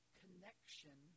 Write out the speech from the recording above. connection